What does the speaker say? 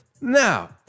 Now